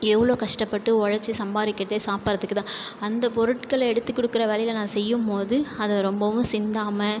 எவ்வளோ கஷ்டப்பட்டு உழச்சி சம்பாதிக்கறதே சாப்படுறத்துக்கு தான் அந்த பொருட்களை எடுத்துக்கொடுக்குற வேலையில் நான் செய்யும் போது அதை ரொம்பவும் சிந்தாமல்